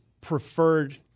preferred